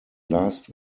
last